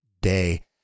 day